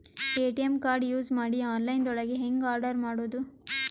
ATM card use ಮಾಡಿ online ದೊಳಗೆ ಹೆಂಗ್ ಆರ್ಡರ್ ಮಾಡುದು?